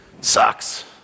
sucks